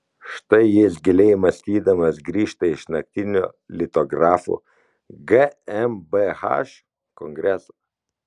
štai jis giliai mąstydamas grįžta iš naktinio litografų gmbh kongreso